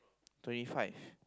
twenty five